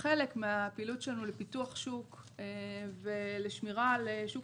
כחלק מהפעילות שלנו לפיתוח שוק ולשמירה על שוק